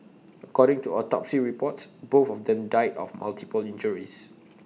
according to autopsy reports both of them died of multiple injuries